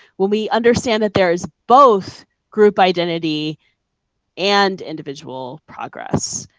when we understand that there is both group identity and individual progress.